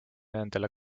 nendele